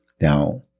Now